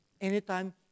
anytime